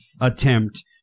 Attempt